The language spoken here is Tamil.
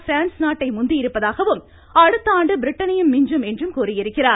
பிரான்ஸ் நாட்டை முந்தியிருப்பதாகவும் அடுத்த ஆண்டு பிரிட்டனையும் மிஞ்சும் என்றும் கூறியிருக்கிறார்